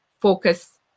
focus